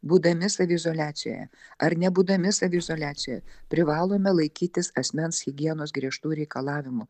būdami saviizoliacijoje ar nebūdami saviizoliacijoje privalome laikytis asmens higienos griežtų reikalavimų